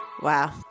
Wow